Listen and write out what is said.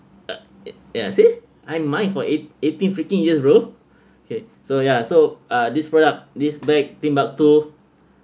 uh ya see I mind for it eighteen freaking years bro kay so ya so uh this product this bag timbuktu